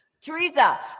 Teresa